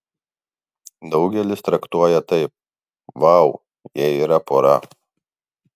daugelis traktuoja taip vau jie yra pora